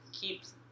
keeps